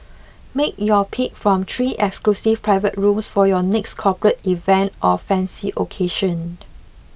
make your pick from three exclusive private rooms for your next corporate event or fancy occasion